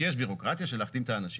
כי יש בירוקרטיה של להחתים את האנשים,